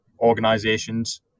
organizations